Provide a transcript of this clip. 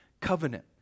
covenant